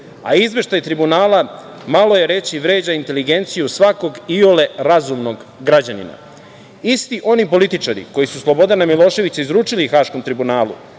a izveštaj Tribunala malo je reći vređa inteligenciju svakog iole razumnog građanina. Isti oni političari koji su Slobodana Miloševića izručili Haškom tribunalu